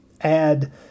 add